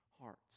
hearts